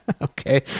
okay